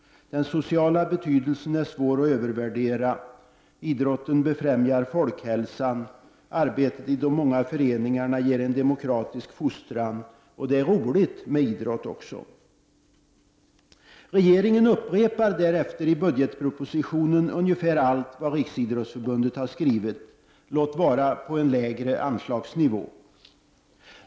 Den sociala betydelsen är svår att övervärdera. Idrotten befrämjar folkhälsan, arbetet i de många föreningarna ger en demokratisk fostran och dessutom är det roligt med idrott. Regeringen upprepar därefter i budgetpropositionen ungefär allt vad Riksidrottsförbundet har skrivit, låt vara på en lägre anslagsnivå.